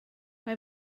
mae